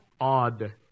Odd